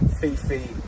Fifi